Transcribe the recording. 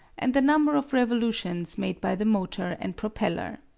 and the number of revolutions made by the motor and propeller.